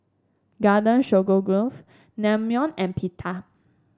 Garden Stroganoff Naengmyeon and Pita